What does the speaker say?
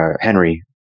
Henry